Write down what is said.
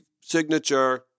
signature